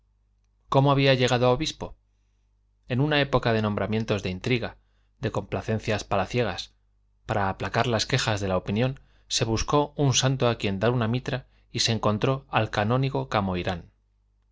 cómo había llegado a obispo en una época de nombramientos de intriga de complacencias palaciegas para aplacar las quejas de la opinión se buscó un santo a quien dar una mitra y se encontró al canónigo